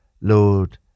Lord